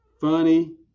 funny